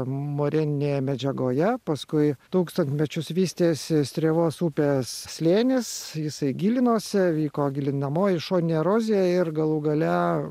moreninėje medžiagoje paskui tūkstantmečius vystėsi strėvos upės slėnis jisai gilinosi vyko gilinamoji šoninė erozija ir galų gale